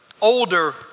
older